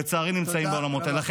לצערי, נמצאים בעולמות האלה.